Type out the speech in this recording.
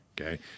Okay